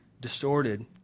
distorted